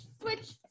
switch